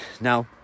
now